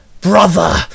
brother